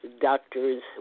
doctors